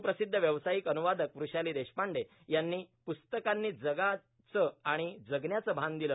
सुप्रसिद्ध व्यावसायिक अन्नुवादक वृषाली देशपांडे यांनी प्रस्तकांनी जगाचं आणि जगण्याचं भान दिलं